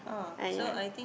uh ya